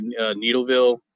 Needleville